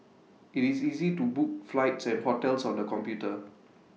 IT is easy to book flights and hotels on the computer